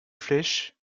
flèches